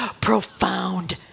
profound